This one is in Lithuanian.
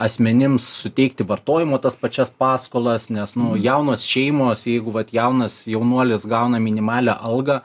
asmenims suteikti vartojimo tas pačias paskolas nes nu jaunos šeimos jeigu vat jaunas jaunuolis gauna minimalią algą